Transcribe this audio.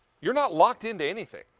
you're not locked into anything.